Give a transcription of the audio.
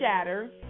Shatter